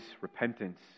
repentance